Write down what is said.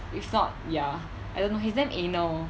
if not ya I don't know he's damn anal